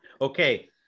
okay